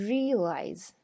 Realize